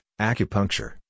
acupuncture